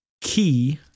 Key